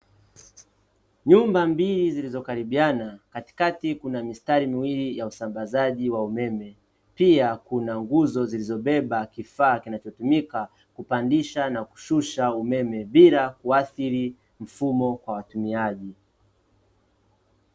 Nyumba mbili zilizokaribiana, katikati kuna mistari miwili ya usambazaji wa umeme pia kuna nguzo zilizobeba kifaa kinachotumika, kupandisha na kushusha umeme bila kuathiri mfumo kwa watumiaji.